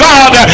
God